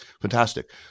Fantastic